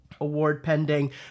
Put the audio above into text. award-pending